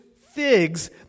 figs